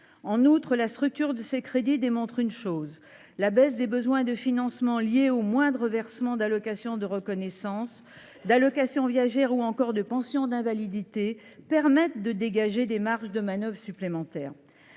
En outre, la structure de ces crédits démontre une chose : la baisse des besoins de financement liée au moindre versement d’allocations de reconnaissance, d’allocations viagères ou encore de pensions d’invalidité permet de dégager des marges de manœuvre supplémentaires.